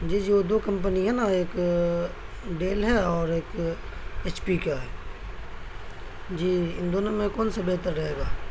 جی جی وہ دو کمپنی ہے نا ایک ڈیل ہے اور ایک ایچ پی کا ہے جی ان دونوں میں کون سا بہتر رہے گا